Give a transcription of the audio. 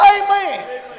Amen